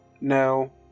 No